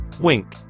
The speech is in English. Wink